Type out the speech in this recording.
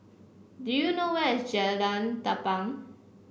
do you know where is Jalan Tampang